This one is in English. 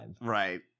Right